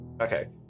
Okay